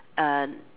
uh